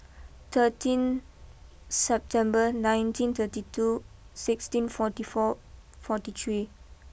thirteen September nineteen thirty two sixteen forty four forty three